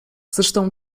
zresztą